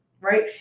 right